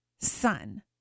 Son